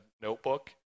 notebook